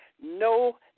No